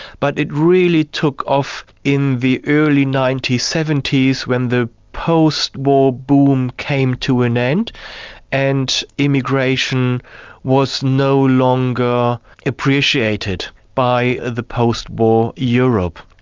but it really took off in the early nineteen seventy s when the post war boom came to an end and immigration was no longer appreciated by the post war europe.